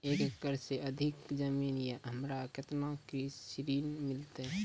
एक एकरऽ से अधिक जमीन या हमरा केतना कृषि ऋण मिलते?